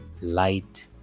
light